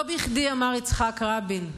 לא בכדי אמר יצחק רבין,